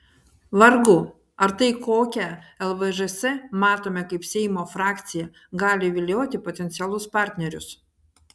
vargu ar tai kokią lvžs matome kaip seimo frakciją gali vilioti potencialius partnerius